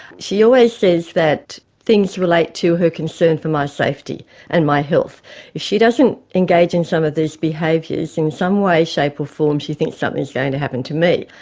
she always says that things relate to her concern for my safety and my health. if she doesn't engage in some of these behaviours in some way, shape or form she thinks something is going to happen to me.